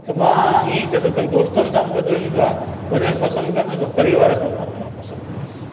त मां इअई चवंदसि भई दोस्तनि सां मज़ो ईंदो आहे वञणु पसंदि कंदुसि परिवार सां बि वञणु पसंदि कंदुसि